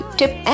tip